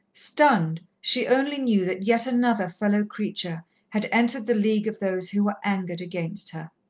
stunned, she only knew that yet another fellow-creature had entered the league of those who were angered against her.